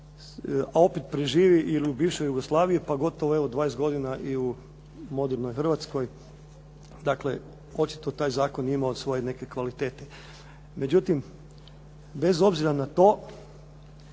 a opet preživi i u bivšoj Jugoslaviji, pa gotovo evo 20 godina i u modernoj Hrvatskoj, dakle očito je taj zakon imao neke svoje kvalitete. Međutim, bez obzira na to